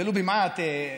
ולו במעט,